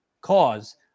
cause